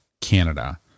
canada